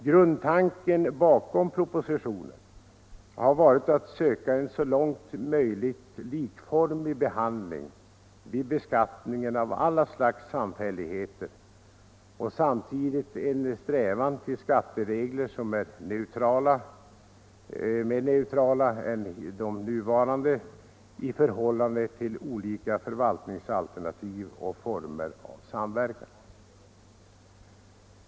Grundtanken bakom propositionen har varit att söka åstadkomma en så långt som möjligt likformig behandling vid beskattningen av alla slags samfälligheter och samtidigt en strävan att få skatteregler som är mer neutrala än hittillsvarande i förhållande till olika förvaltningsalternativ och former av samverkan.